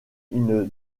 une